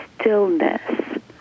stillness